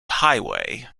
highway